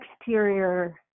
exterior